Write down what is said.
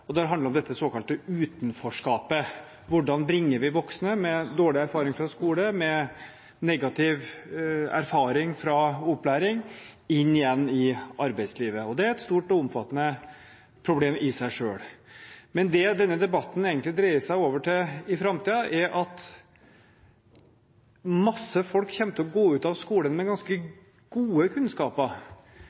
Og den handler om dette såkalte utenforskapet – hvordan bringer vi voksne med dårlig erfaring fra skole og med negativ erfaring fra opplæring inn igjen i arbeidslivet. Det er et stort og omfattende problem i seg selv. Men det denne debatten egentlig vil dreie seg om i framtiden, er at masse folk kommer til å gå ut av skolen med ganske gode kunnskaper,